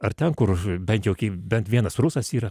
ar ten kur bent jau bent vienas rusas yra